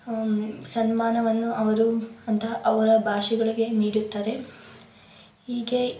ಸನ್ಮಾನವನ್ನು ಅವರು ಅಂಥ ಅವರ ಭಾಷೆಗಳಿಗೆ ನೀಡುತ್ತಾರೆ ಹೀಗೆ